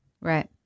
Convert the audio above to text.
right